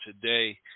today